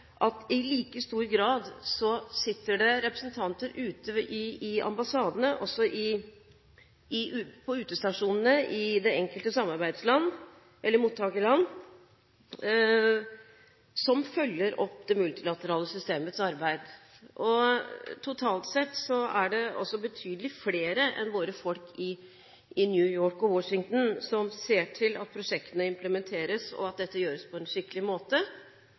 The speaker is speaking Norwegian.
det i like stor grad sitter representanter ute i ambassadene og på utestasjonene i det enkelte samarbeidsland – eller mottakerland – som følger opp det multilaterale systemets arbeid. Totalt sett er det også betydelig flere enn våre folk i New York og Washington som ser til at prosjektene implementeres, og at dette gjøres på en skikkelig måte,